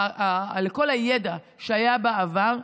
לכל הידע שהיה בעבר,